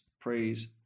Praise